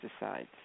pesticides